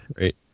right